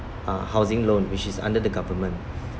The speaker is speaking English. uh housing loan which is under the government